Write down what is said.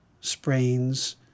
sprains